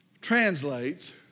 translates